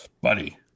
buddy